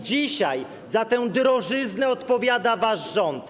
Dzisiaj za tę drożyznę odpowiada wasz rząd.